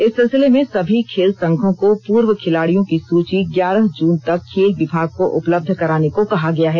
इस सिलसिले में सभी खेल संघों को पूर्व खिलाड़ियों की सूची ग्यारह जून तक खेल विभाग को उपलब्ध कराने को कहा गया है